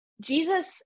Jesus